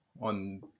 on